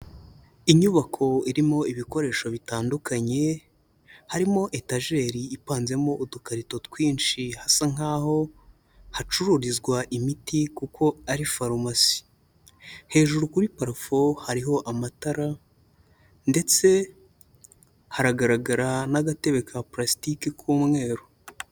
Inyubako irimo ibikoresho bitandukanye, harimo etajeri ipanzemo udukarito twinshi hasa nk'aho hacururizwa imiti kuko ari farumasi, hejuru kuri parafo hariho amatara ndetse haragaragara n'agatebe ka pulasitike k'umweru.